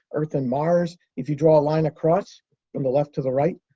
earth, and mars if you draw a line across from the left to the right.